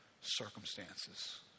circumstances